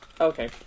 Okay